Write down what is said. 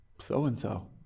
so-and-so